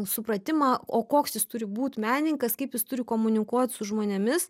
supratimą o koks jis turi būt menininkas kaip jis turi komunikuot su žmonėmis